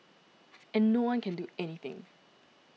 and no one can do anything